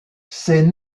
ces